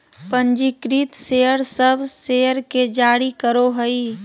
पंजीकृत शेयर सब शेयर के जारी करो हइ